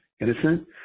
innocent